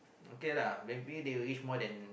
okay lah maybe they will use more than